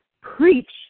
preach